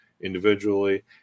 Individually